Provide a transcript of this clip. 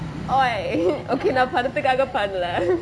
!oi! okay நா பணத்துக்காக பண்ணலே:naa panathukage pannalae